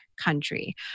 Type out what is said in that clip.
country